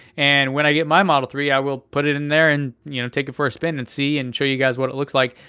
and when i get my model three, i will put it in there and you know take it for a spin and and show you guys what it looks like.